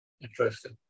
Interesting